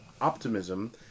optimism